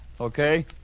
Okay